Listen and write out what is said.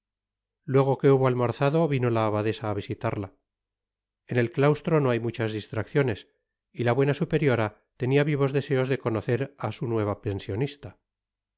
luego que hubo almorzado vino la abadesa á visitarla en el claustro no hay muchas distracciones y la buena superiora tenia vivos deseos de conocer a su nueva pensionista